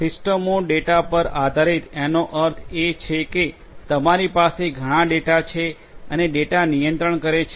સિસ્ટમો ડેટા પર આધારિત એનો અર્થ એ છે કે તમારી પાસે ઘણાં ડેટા છે અને ડેટા નિયંત્રણ કરે છે